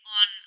on